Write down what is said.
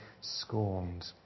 scorned